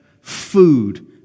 food